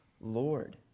Lord